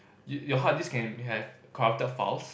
your hard disk can may have corrupted files